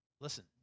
Listen